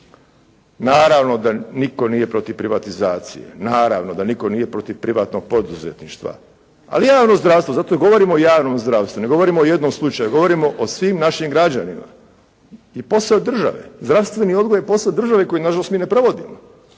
Naravno da nitko nije protiv privatizacije, naravno da nitko nije protiv privatnog poduzetništva. Ali javno zdravstvo, zato i govorimo o javnom zdravstvu. Ne govorimo o jednom slučaju. Govorimo o svim našim građanima i posao je države, zdravstveni odgoj je posao države koju na žalost mi ne provodimo